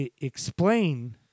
explain